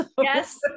Yes